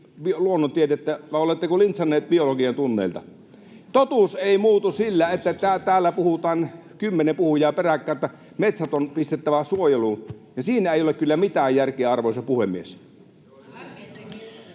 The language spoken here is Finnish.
luonnontiedettä vai oletteko lintsanneet biologian tunneilta. Totuus ei muutu sillä, että täällä kymmenen puhujaa peräkkäin puhuu, että metsät on pistettävä suojeluun. Siinä ei ole kyllä mitään järkeä, arvoisa puhemies.